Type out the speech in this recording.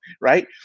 right